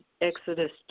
Exodus